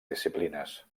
disciplines